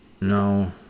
No